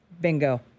Bingo